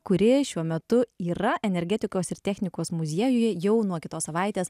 kuri šiuo metu yra energetikos ir technikos muziejuje jau nuo kitos savaitės